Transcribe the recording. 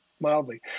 mildly